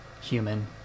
human